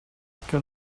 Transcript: que